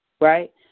right